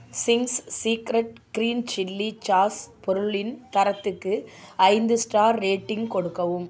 Ching's secret green chilli sauce பொருளின் தரத்துக்கு ஐந்து ஸ்டார் ரேட்டிங் கொடுக்கவும்